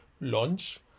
launch